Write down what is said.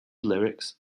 lyrics